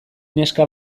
neska